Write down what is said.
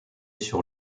sur